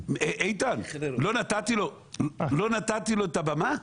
איתן, לא נתתי לו את הבמה?